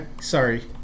Sorry